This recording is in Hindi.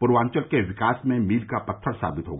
पूर्वांचल के विकास में मील का पत्थर साबित होगा